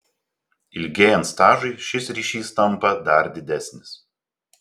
ilgėjant stažui šis ryšys tampa dar didesnis